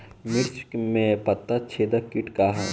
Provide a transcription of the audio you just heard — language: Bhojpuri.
मिर्च में पता छेदक किट का है?